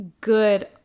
good